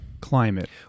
climate